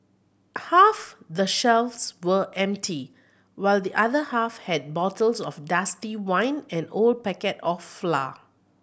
half the shelves were empty while the other half had bottles of dusty wine and old packet of flour